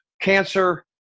cancer